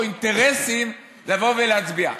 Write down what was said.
או אינטרסים לבוא ולהצביע.